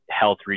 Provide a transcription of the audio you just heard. health